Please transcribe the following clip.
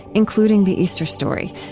including the easter story,